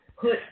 Put